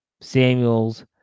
Samuels